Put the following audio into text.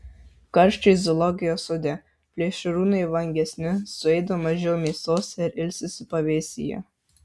karščiai zoologijos sode plėšrūnai vangesni suėda mažiau mėsos ir ilsisi pavėsyje